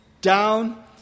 down